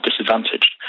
disadvantaged